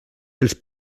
els